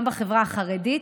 גם בחברה החרדית,